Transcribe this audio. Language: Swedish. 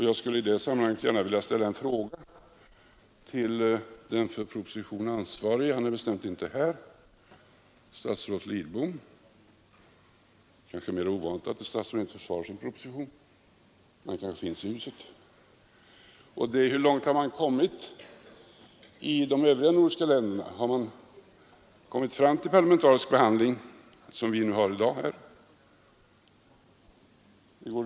Jag skulle i det sammanhanget gärna vilja ställa en fråga till den för propositionen ansvarige, statsrådet Lidbom, men han är visst inte här i kammaren — det är mera ovanligt att ett statsråd inte försvarar sin proposition. Han kanske finns någonstans i huset. Hur långt har man kommit i de övriga nordiska länderna? Har man kommit fram till en parlamentarisk behandling som den vi har här i dag?